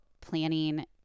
planning